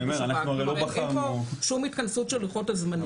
זאת אומרת, אין פה שום התכנסות של לוחות הזמנים.